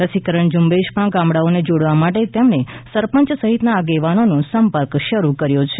રસીકરણ ઝુંબેશમાં ગામડાંઓને જોડવા માટે તેમણે સરપંચ સહિતના આગેવાનોનો સંપર્ક શરૂ કર્યો છે